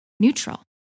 Neutral